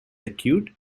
acute